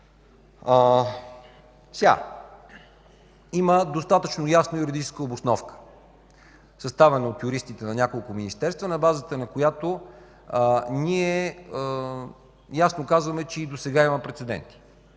Има достатъчно ясна юридическа обосновка, съставена от юристите на няколко министерства, на базата на която ние ясно казваме, че и досега има прецеденти.